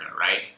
right